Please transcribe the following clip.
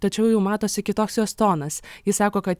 tačiau jau matosi kitoks jos tonas ji sako kad